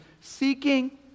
seeking